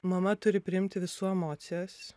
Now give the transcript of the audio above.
mama turi priimti visų emocijas